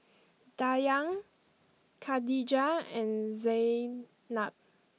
Dayang Khadija and Zaynab